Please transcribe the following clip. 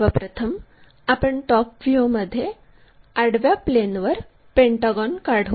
सर्वप्रथम आपण टॉप व्ह्यूमध्ये आडव्या प्लेनवर पेंटागॉन काढू